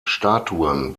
statuen